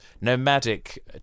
nomadic